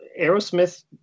Aerosmith